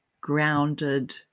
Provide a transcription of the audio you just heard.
grounded